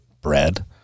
bread